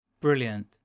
Brilliant